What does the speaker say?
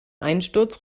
einsturz